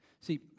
See